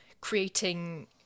creating